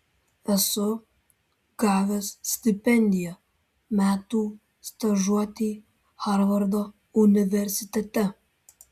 esu gavęs stipendiją metų stažuotei harvardo universitete